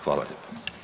Hvala lijepo.